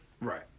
Right